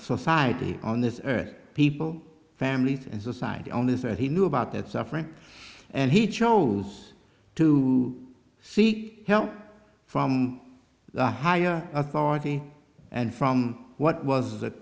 society on this earth people families and society only said he knew about that suffering and he chose to seek help from the higher authority and from what was